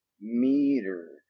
meter